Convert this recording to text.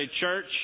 church